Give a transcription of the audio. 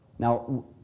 Now